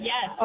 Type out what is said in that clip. Yes